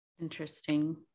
Interesting